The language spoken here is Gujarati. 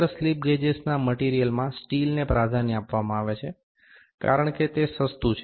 ખરેખર સ્લિપ ગેજેસના મટીરીયલમાં સ્ટીલને પ્રાધાન્ય આપવામાં આવે છે કારણ કે તે સસ્તુ છે